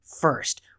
first